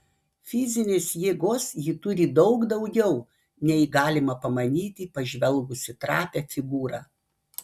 fizinės jėgos ji turi daug daugiau nei galima pamanyti pažvelgus į trapią figūrą